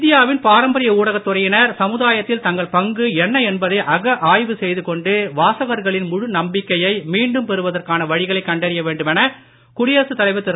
India வின் பாரம்பரிய ஊடகத் துறையினர் சமுதாயத்தில் தங்கள் பங்கு என்ன என்பதை அகஆய்வு செய்துகொண்டு வாசகர்களின் முழு நம்பிக்கையை மீண்டும் பெறுவதற்கான வழிகளைக் கண்டறிய வேண்டுமென குடியரசுத் தலைவர் திரு